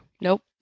Nope